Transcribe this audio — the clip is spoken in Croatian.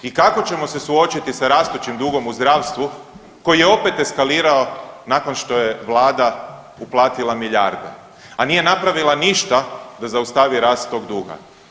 I kako ćemo se suočiti sa rastućim dugom u zdravstvu koji je opet eskalirao nakon što je Vlada uplatila milijarde, a nije napravila ništa da zaustavi rast tog duga.